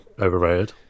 overrated